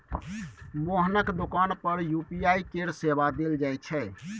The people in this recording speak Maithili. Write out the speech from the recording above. मोहनक दोकान पर यू.पी.आई केर सेवा देल जाइत छै